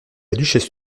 duchesse